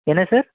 என்ன சார்